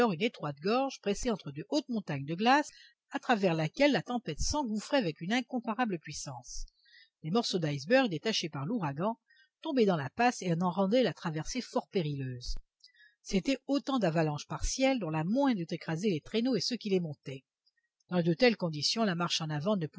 une étroite gorge pressée entre de hautes montagnes de glace à travers laquelle la tempête s'engouffrait avec une incomparable puissance des morceaux d'icebergs détachés par l'ouragan tombaient dans la passe et en rendaient la traversée fort périlleuse c'étaient autant d'avalanches partielles dont la moindre eût écrasé les traîneaux et ceux qui les montaient dans de telles conditions la marche en avant ne